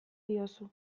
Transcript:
diozu